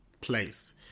place